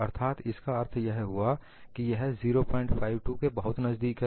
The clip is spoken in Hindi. अर्थात इसका अर्थ यह हुआ कि यह 052 के बहुत नजदीक है